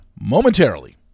momentarily